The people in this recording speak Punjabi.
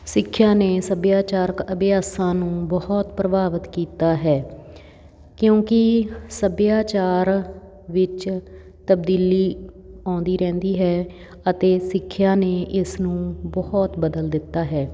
ਸਿੱਖਿਆ ਨੇ ਸੱਭਿਆਚਾਰਕ ਅਭਿਆਸਾਂ ਨੂੰ ਬਹੁਤ ਪ੍ਰਭਾਵਿਤ ਕੀਤਾ ਹੈ ਕਿਉਂਕਿ ਸੱਭਿਆਚਾਰ ਵਿੱਚ ਤਬਦੀਲੀ ਆਉਂਦੀ ਰਹਿੰਦੀ ਹੈ ਅਤੇ ਸਿੱਖਿਆ ਨੇ ਇਸ ਨੂੰ ਬਹੁਤ ਬਦਲ ਦਿੱਤਾ ਹੈ